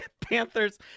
Panthers